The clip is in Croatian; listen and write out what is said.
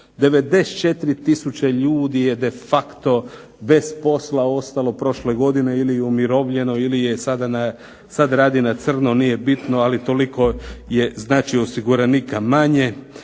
tisuće ljudi je de facto ostalo bez posla prošle godine ili je umirovljeno ili sada rade na crno nije bitno ali toliko je znači osiguranika manje.